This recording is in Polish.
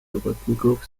robotników